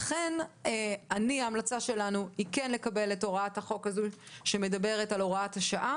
לכן ההמלצה שלנו היא לקדם את הצעת החוק הזאת שמדברת על הוראת השעה.